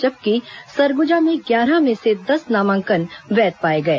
जबकि सरगुजा में ग्यारह में से दस नामांकन वैध पाए गए